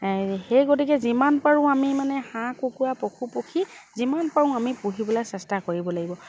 সেই গতিকে যিমান পাৰোঁ আমি মানে হাঁহ কুকুৰা পশুপক্ষী যিমান পাৰো আমি পুহিবলৈ চেষ্টা কৰিব লাগিব